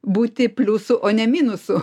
būti pliusu o ne minusu